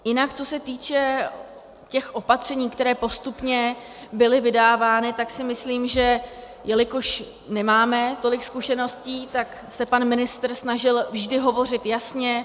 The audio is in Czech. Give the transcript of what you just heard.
Jinak co se týče opatření, která postupně byla vydávána, tak si myslím, že jelikož nemáme tolik zkušeností, tak se pan ministr snažil vždy hovořit jasně.